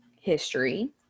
history